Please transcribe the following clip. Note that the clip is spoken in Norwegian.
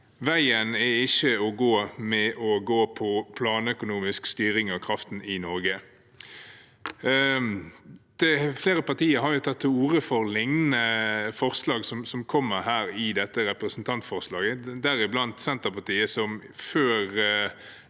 Veien å gå er ikke planøkonomisk styring av kraften i Norge. Flere partier har tatt til orde for lignende forslag som de som fremmes i dette representantforslaget, deriblant Senterpartiet, som før